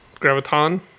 Graviton